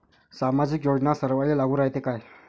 सामाजिक योजना सर्वाईले लागू रायते काय?